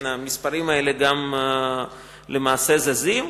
המספרים האלה למעשה זזים.